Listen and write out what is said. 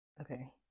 Okay